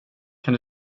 kan